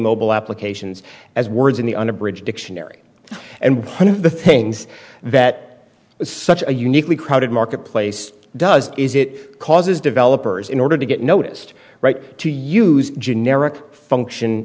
mobile applications as words in the unabridged dictionary and one of the things that is such a uniquely crowded marketplace does is it causes developers in order to get noticed right to use generic function